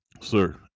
Sir